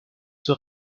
zur